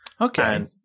Okay